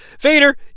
Vader